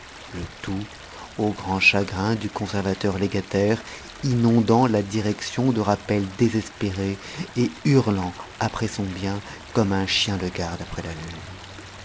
le tout au grand chagrin du conservateur légataire inondant la direction de rappels désespérés et hurlant après son bien comme un chien de garde après la lune